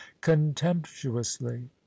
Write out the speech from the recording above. contemptuously